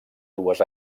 dues